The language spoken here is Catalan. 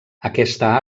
aquesta